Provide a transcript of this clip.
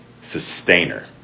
sustainer